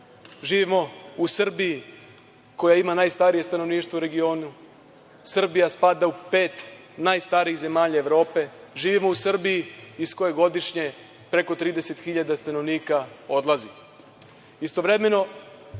živimo u Srbiji koja ima najstarije stanovništvu u regionu. Srbija spada u pet najstarijih zemlja Evrope. Živimo u Srbiji iz koje godišnje preko 30 hiljada stanovnika